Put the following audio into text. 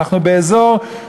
אנחנו באזור,